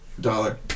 Dollar